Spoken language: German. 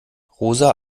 rosa